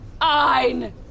ein